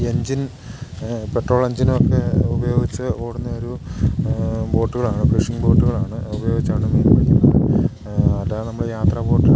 engine petrol എഞ്ചിനൊക്കെ ഉപയോഗിച്ചു ഓടുന്ന ഒരു ബോട്ടുകളാണ് ഫിഷിങ്ങ് ബോട്ടുകളാണ് ഉപയോഗിച്ചാണ് മീൻ പിടിക്കുന്നത് അതാണ് നമ്മൾ യാത്രാ ബോട്ട്